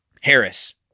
Harris